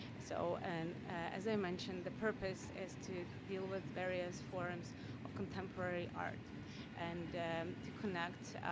so, and as i mentioned the purpose is to deal with various forms of contemporary art and to connect